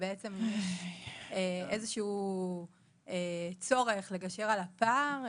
ובעצם --- איזשהו צורך לגשר על הפער,